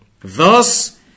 Thus